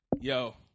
Yo